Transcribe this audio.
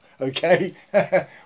okay